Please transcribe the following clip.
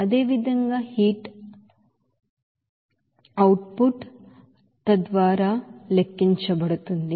అదేవిధంగా heat output తద్వారా లెక్కించబడుతుంది